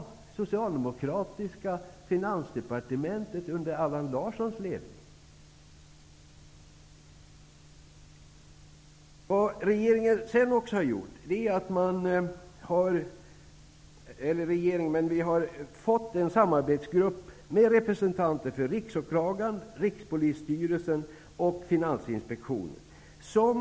Jo, det var Finansdepartementet under socialdemokratisk ledning av Allan Larsson. Vi har en samarbetsgrupp med representanter för Finansinspektionen.